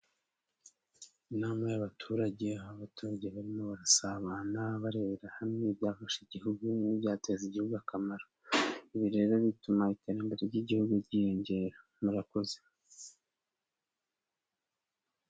Inama y'abaturage aho abaturage barimo barasabana, barebera hamwe ibyafasha igihugu n'ibyateza igihugu akamaro. Ibi rero bituma iterambere ry'igihugu ryiyongera murakoze.